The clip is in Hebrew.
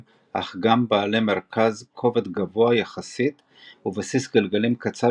אך גם בעלי מרכז כובד גבוה יחסית ובסיס גלגלים קצר